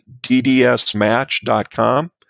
ddsmatch.com